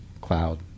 cloud